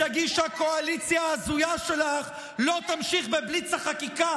תדאגי שהקואליציה ההזויה שלך לא תמשיך בבליץ החקיקה